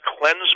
cleanse